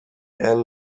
and